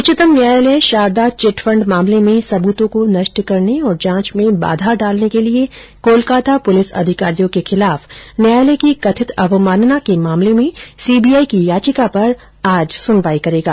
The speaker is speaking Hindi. उच्चतम न्यायालय शारदा चिटफंड मामले में सब्तों को नष्ट करने और जांच में बाधा डालने के लिए कोलकाता पुलिस अधिकारियों के खिलाफ न्यायालय की कथित अवमानना के मामले में सीबीआई की याचिका पर आज सुनवाई करेगा